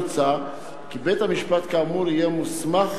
מוצע כי בית-המשפט כאמור יהיה מוסמך